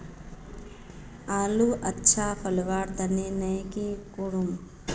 आलूर अच्छा फलवार तने नई की करूम?